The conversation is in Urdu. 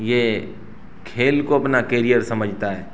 یہ کھیل کو اپنا کیریئر سمجھتا ہے